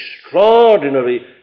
extraordinary